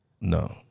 No